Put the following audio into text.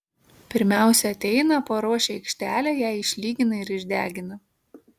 pirmiausia ateina paruošia aikštelę ją išlygina ir išdegina